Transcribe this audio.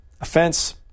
Offense